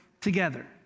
together